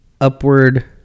upward